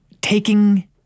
Taking